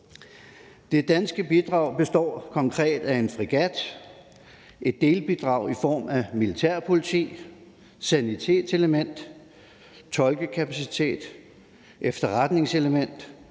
Det danske bidrag består konkret af en fregat, et delbidrag i form af militærpoliti, sanitetselement, tolkekapacitet, efterretningselement,